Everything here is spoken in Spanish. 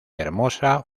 hermosa